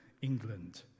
England